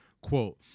quote